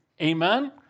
Amen